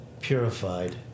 purified